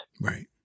Right